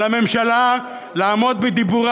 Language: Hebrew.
על הממשלה לעמוד בדיבורה.